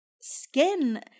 skin